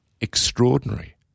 extraordinary